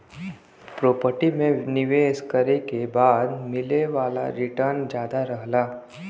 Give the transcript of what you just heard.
property में निवेश करे के बाद मिले वाला रीटर्न जादा रहला